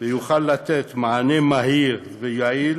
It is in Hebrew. ויוכל לתת מענה מהיר ויעיל